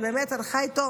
שהלכה איתו